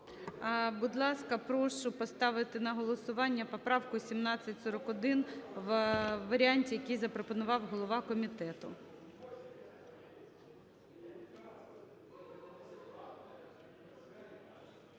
Будь ласка, прошу поставити на голосування поправку 1741 у варіанті, який запропонував голова комітету.